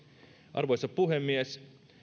arvoisa puhemies